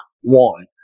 one